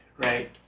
Right